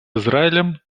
израилем